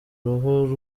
uruhu